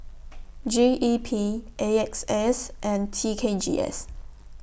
G E P A X S and T K G S